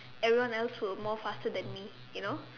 everyone else were more faster than me